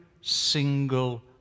single